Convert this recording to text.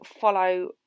follow